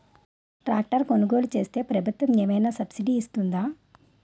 Tractor కొనుగోలు చేస్తే ప్రభుత్వం ఏమైనా సబ్సిడీ ఇస్తుందా?